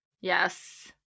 Yes